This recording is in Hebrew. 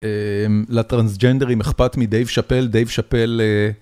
לטרנסג'נדר אם אכפת מדייב שאפל דייב שאפל.